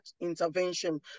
intervention